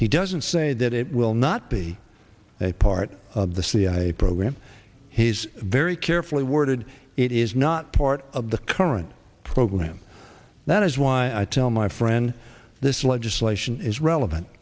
he doesn't say that it will not be a part of the cia program he's very carefully worded it is not part of the current program that is why i tell my friend this legislation is relevant